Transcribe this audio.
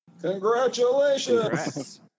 Congratulations